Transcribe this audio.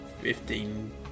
fifteen